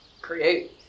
create